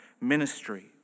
ministry